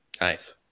nice